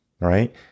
right